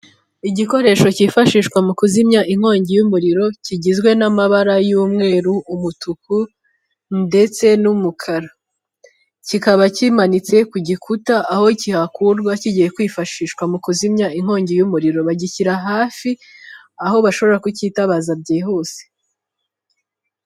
Igikoresho cyifashishwa mu kuzimya inkongi y'umuriro kigizwe n'amabara y'umweru umutuku ndetse n'umukara kikaba kimanitse ku gikuta aho kihakurwa kigiye kwifashishwa mu kuzimya inkongi y'umuriro, bagishyira hafi aho bashobora kucyitabaza byihuse.